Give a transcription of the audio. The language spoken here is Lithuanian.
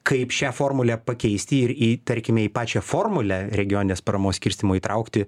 kaip šią formulę pakeisti ir į tarkime į pačią formulę regioninės paramos skirstymo įtraukti